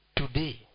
today